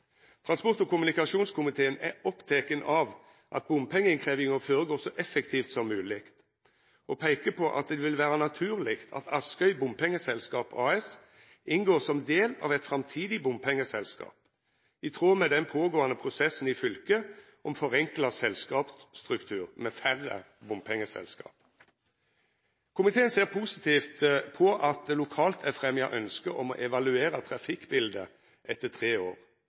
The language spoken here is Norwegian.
Transport- og kommunikasjonskomiteen er oppteken av at bompengeinnkrevjinga føregår så effektivt som mogleg, og peikar på at det vil vera naturleg at Askøy Bompengeselskap AS inngår som del av eit framtidig bompengeselskap, i tråd med den pågåande prosessen i fylket om forenkla selskapsstruktur, med færre bompengeselskap. Komiteen ser positivt på at det lokalt er fremja ynskje om å evaluera trafikkbiletet etter tre år,